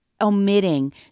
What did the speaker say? omitting